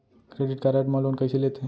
Credit card मा loan कइसे लेथे?